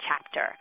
chapter